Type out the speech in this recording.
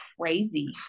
crazy